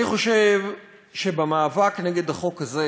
אני חושב שבמאבק נגד החוק הזה